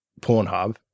Pornhub